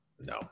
No